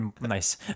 Nice